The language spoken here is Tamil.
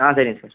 ஆ சரிங்க சார்